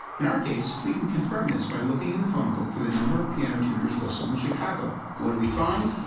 in our case we can confirm this by looking in the phone book for the number of piano tuners listed in chicago. what do we find?